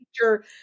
teacher